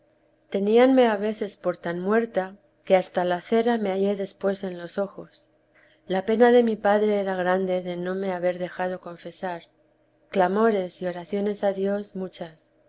entendiera teníanme a veces por tan muerta que hasta la cera me hallé después en los ojos la pena de mi padre era grande de no me haber dejado confesar clamores y oraciones a dios muchas